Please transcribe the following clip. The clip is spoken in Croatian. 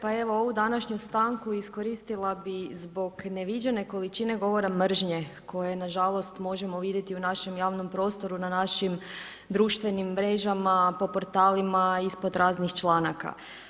Pa evo ovu današnju stranku iskoristila bi zbog neviđene količine govora mržnje koje nažalost možemo vidjeti u našem javnom prostoru na našim društvenim mrežama, po portalima, ispred raznih članaka.